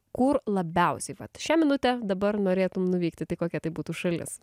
kur labiausiai vat šią minutę dabar norėtum nuvykti tai kokia tai būtų šalis